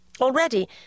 Already